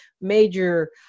major